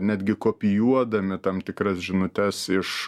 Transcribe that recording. netgi kopijuodami tam tikras žinutes iš